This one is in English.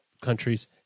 countries